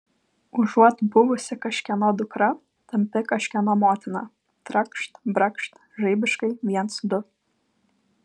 užuot buvusi kažkieno dukra tampi kažkieno motina trakšt brakšt žaibiškai viens du